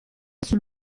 sul